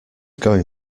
going